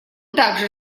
также